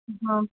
हां